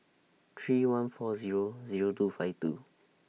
three one four Zero Zero two five two